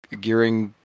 gearing